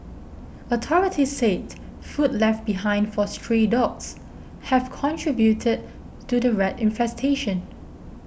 authorities said food left behind for stray dogs have contributed to the rat infestation